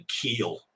keel